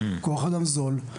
כוח אדם זול,